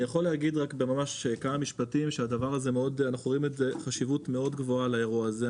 אני יכול להגיד בכמה משפטים שאנחנו רואים חשיבות מאוד גבוהה באירוע הזה.